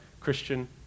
Christian